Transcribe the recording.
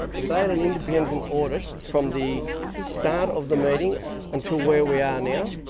if they had an independent audit from the start of the meeting until where we are now,